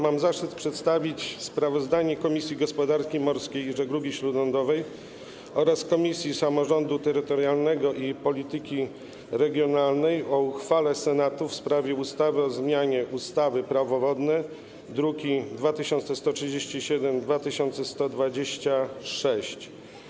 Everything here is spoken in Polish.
Mam zaszczyt przedstawić sprawozdanie Komisji Gospodarki Morskiej i Żeglugi Śródlądowej oraz Komisji Samorządu Terytorialnego i Polityki Regionalnej o uchwale Senatu w sprawie ustawy o zmianie ustawy - Prawo wodne, druki nr 2137 i 2126.